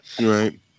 Right